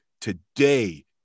today